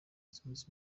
zunze